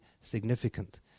significant